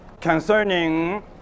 concerning